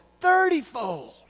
thirtyfold